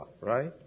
right